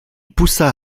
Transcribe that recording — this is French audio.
poussa